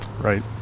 Right